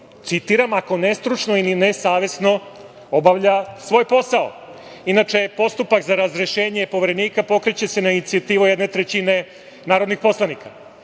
citiram: „ako nestručno i nesavesno obavlja svoj posao“. Inače, postupak za razrešenje Poverenika pokreće se na inicijativu jedne trećine narodnih poslanika. Sam